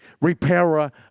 repairer